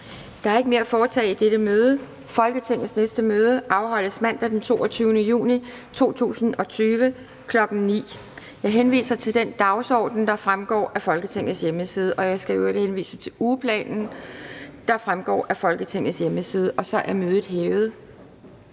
Der er ikke mere at foretage i dette møde. Folketingets næste møde afholdes mandag den 22. juni 2020, kl. 9.00. Jeg henviser til den dagsorden, der fremgår af Folketingets hjemmeside, og jeg skal i øvrigt henvise til ugeplanen, der også fremgår af Folketingets hjemmeside. Mødet er hævet.